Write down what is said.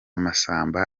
masamba